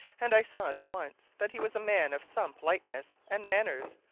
and i saw at once that he was a man of some politeness and manners,